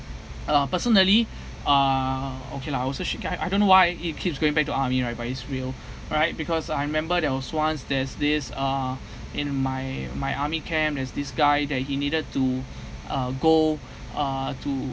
uh personally uh okay lah also shit guy I don't why it keeps going back to army right but it's real right because I remember there was once there's this uh in my my army camp there's this guy that he needed to uh go uh to